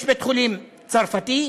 יש בית-חולים צרפתי,